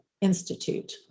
Institute